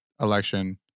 election